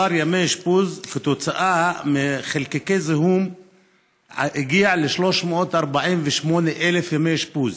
מספר ימי האשפוז כתוצאה מחלקיקי זיהום הגיע ל-348,000 ימי אשפוז.